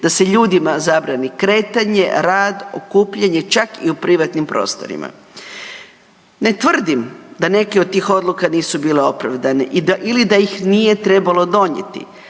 da se ljudima zabrani kretanje, rad, okupljanje čak i u privatnom prostorima. Ne tvrdim da neke od tih odluka nisu bile opravdane ili da ih nije trebalo donijeti,